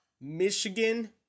Michigan